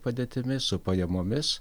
padėtimi su pajamomis